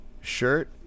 shirt